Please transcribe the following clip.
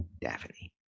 daphne